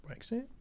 Brexit